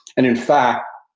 and in fact